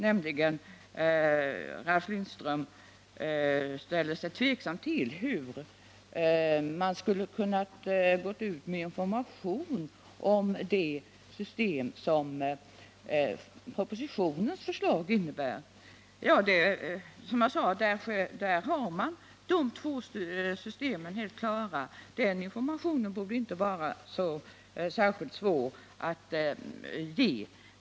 Ralf Lindström undrade hur man skulle ha kunnat gå ut med information om de system som propositionen föreslår. Som jag sade innehåller propositionen två helt klara system, så den informationen borde inte vara särskilt svår att ge.